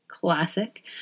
classic